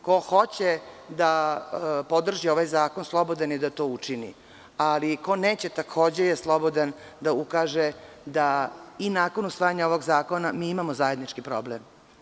Ko hoće da podrži ovaj zakon, slobodan je da to učini, ali ko neće takođe je slobodan da ukaže da i nakon usvajanja ovog zakona imamo zajednički problem.